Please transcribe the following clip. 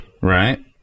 Right